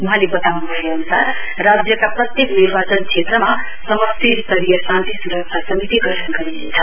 वहाँले बताउनु भए अनुसार राज्यका प्रत्येक निर्वाचन क्षेत्रमा समष्टि स्तरीय शान्ति सुरक्षा समिति गठन गरिनेछ